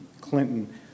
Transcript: Clinton